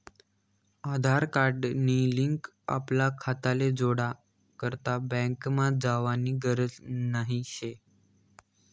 आधार card नी link आपला खाताले जोडा करता बँकमा जावानी गरज नही शे